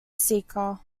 seeker